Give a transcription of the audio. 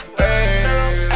hey